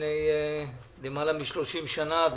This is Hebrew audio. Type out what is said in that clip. למעלה מ-30 שנה,